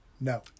No